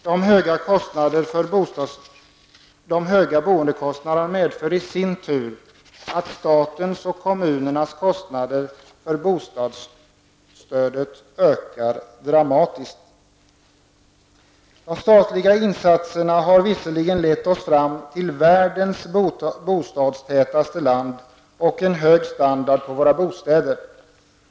De höga boendekostnaderna medför i sin tur att statens och kommunernas kostnader för bostadsstödet dramatiskt ökar. De statliga insatserna har visserligen lett oss fram till världens bostadstätaste land och en hög standard på våra bostäder.